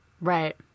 Right